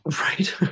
Right